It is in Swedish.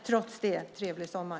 Trots det - trevlig sommar!